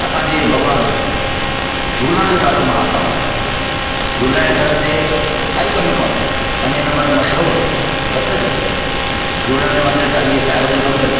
असांजे भॻवान झूलण जो ॾाढो महत्व आहे झूलण जे दर ते काई कमी कोन्हे पंजे नंबर में मशहूरु प्रसिद्ध झूलण जो मंदर चालीह साहिब जो मंदर